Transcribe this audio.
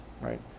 Right